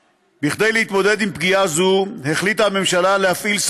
סליחה, לקריאה שנייה וקריאה שלישית.